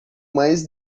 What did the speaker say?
mais